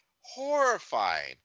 Horrifying